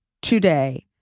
today